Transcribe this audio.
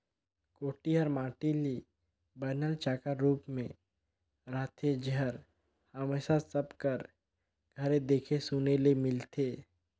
कोठी हर माटी ले बनल चाकर रूप मे रहथे जेहर हमेसा सब कर घरे देखे सुने ले मिलथे